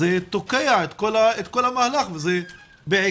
זה תוקע את כל המהלך וזה בעיקר